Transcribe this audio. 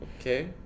Okay